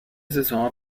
saison